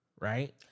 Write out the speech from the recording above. Right